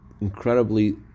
incredibly